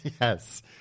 Yes